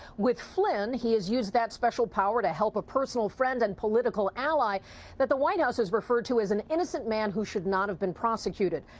with flynn he's used that special power to help a personal friend and political ally that the white house has referred to as an innocent man who should not have been prosecuted.